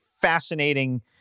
fascinating